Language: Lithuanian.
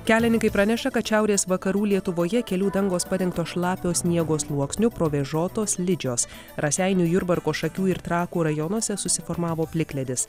kelininkai praneša kad šiaurės vakarų lietuvoje kelių dangos padengtos šlapio sniego sluoksniu provėžotos slidžios raseinių jurbarko šakių ir trakų rajonuose susiformavo plikledis